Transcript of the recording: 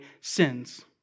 sins